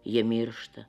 jie miršta